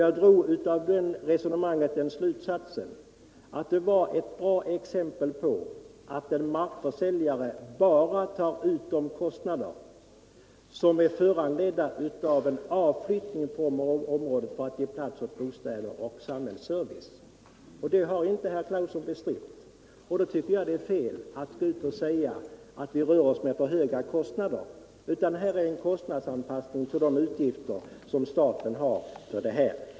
Jag drog av resonemanget den slutsatsen att det var ett bra exempel på att en markförsäljare bara tar ut de kostnader som är föranledda av en avflyttning från området för att ge plats åt bostäder och samhällsservice. Det har inte herr Claeson bestritt, och då tycker jag att det är fel att gå ut och säga att vi rör oss med för höga kostnader. Här är det en kostnadsanpassning till de utgifter som staten har för detta.